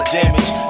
damage